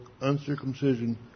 uncircumcision